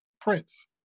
Prince